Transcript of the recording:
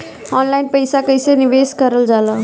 Online पईसा कईसे निवेश करल जाला?